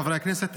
חבריי חברי הכנסת,